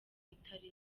itari